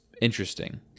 interesting